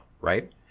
Right